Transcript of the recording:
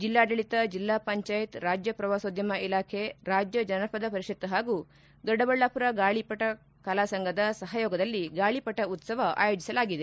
ಜಿಲ್ಲಾಡಳಿತ ಜಿಲ್ಲಾಪಂಚಾಯತ್ ರಾಜ್ಯ ಪ್ರವಾಸೋದ್ಯಮ ಇಲಾಖೆ ರಾಜ್ಯ ಜಾನಪದ ಪರಿಷತ್ ಹಾಗೂ ದೊಡ್ಡಬಳ್ಳಾಪುರ ಗಾಳಿಪಟ ಕಲಾ ಸಂಘದ ಸಹಯೋಗದಲ್ಲಿ ಗಾಳಿಪಟ ಉತ್ಸವ ಆಯೋಜಿಸಲಾಗಿದೆ